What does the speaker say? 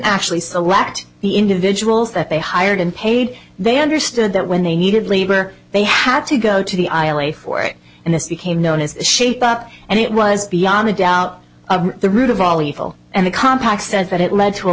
actually select the individuals that they hired and paid they understood that when they needed labor they had to go to the aisle a for it and this became known as shape up and it was beyond a doubt of the root of all evil and the compaq said that it led to